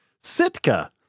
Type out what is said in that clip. Sitka